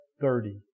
thirty